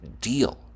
deal